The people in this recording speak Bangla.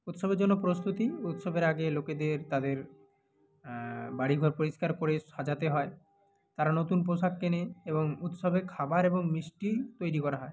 উৎসবের জন্য প্রস্তুতি উৎসবের আগে লোকেদের তাদের বাড়ি ঘর পরিষ্কার করে সাজাতে হয় তারা নতুন পোশাক কেনে এবং উৎসবের খাবার এবং মিষ্টি তৈরি করা হয়